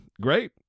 Great